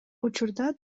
учурда